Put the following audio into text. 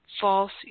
false